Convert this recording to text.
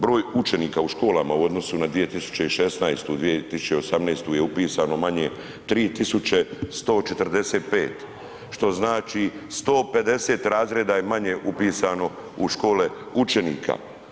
Broj učenika u školama u odnosu na 2016., 2018. je upisano manje 3145 što znači 150 razreda je manje upisano u škole učenika.